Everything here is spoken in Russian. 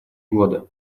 годы